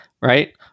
right